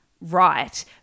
right